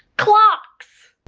clocks!